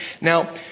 Now